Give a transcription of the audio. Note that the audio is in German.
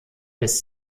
lässt